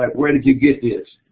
but where did you get this?